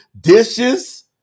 dishes